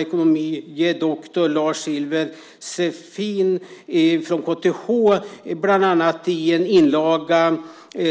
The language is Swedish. Ekonomie doktor Lars Silver från KTH har i en inlaga